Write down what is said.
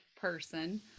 person